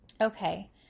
Okay